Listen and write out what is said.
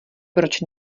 proč